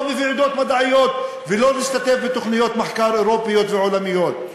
בוועידות מדעיות ולא בתוכניות מחקר אירופיות ועולמיות.